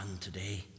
today